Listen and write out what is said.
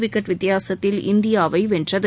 wicket வித்தியாசத்தில் இந்தியாவை வென்றது